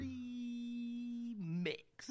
Remix